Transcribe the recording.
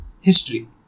History